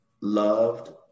loved